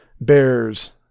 bears